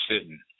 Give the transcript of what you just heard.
sitting